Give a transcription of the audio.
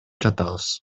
жатабыз